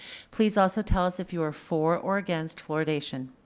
please also tell us if you're for or against fluoridation.